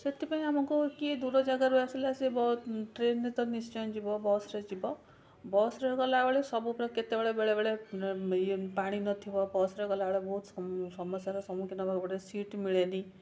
ସେଥିପାଇଁ ଆମକୁ କିଏ ଦୂର ଜାଗାରୁ ଆସିଲା ସିଏ ଟ୍ରେନରେ ତ ନିଶ୍ଚୟ ଯିବ ବସରେ ଯିବ ବସରେ ଗଲାବେଳେ କେତେବେଳେ ବେଳେବେଳେ ପାଣି ନଥିବ ବସରେ ଗଲାବେଳେ ବହୁତ ସମସ୍ୟାର ସମ୍ମୁଖୀନ ହେବାକୁ ପଡ଼େ ସିଟ ମିଳେନି